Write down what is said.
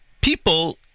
people